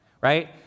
Right